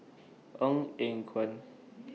Ong Eng Guan